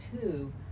two